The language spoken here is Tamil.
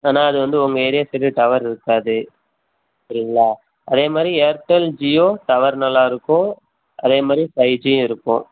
ஆனால் அது வந்து உங்கள் ஏரியா சரியாக டவர் இருக்காது சரிங்களா அதே மாதிரி ஏர்டெல் ஜியோ டவர் நல்லா இருக்கும் அதே மாதிரி ஃபைவ் ஜியும் இருக்கும்